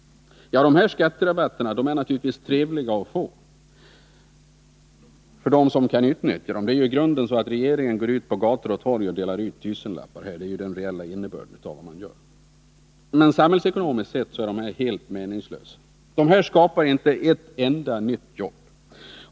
De här skatterabatterna är naturligtvis trevliga för dem som får dem men den reella innebörden av dem är att regeringen går ut på gator och torg och delar ut tusenlappar. Samhällsekonomiskt sett är de alltså helt meningslösa. De skapar inte ett enda nytt jobb.